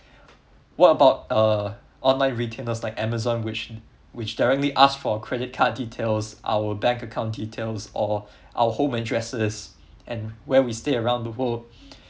what about uh online retailers like amazon which which directly ask for credit card details our bank account details or our home addresses and where we stay around the world